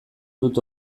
dut